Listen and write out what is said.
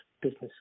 business